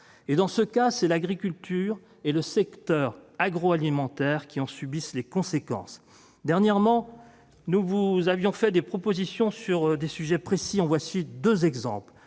Et, dans ce cas, c'est l'agriculture et le secteur agroalimentaire qui en subissent les conséquences. Dernièrement, nous vous avons adressé des propositions sur des sujets précis. En voici deux exemples.